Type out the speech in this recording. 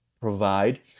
provide